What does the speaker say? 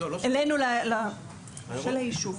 היישובית?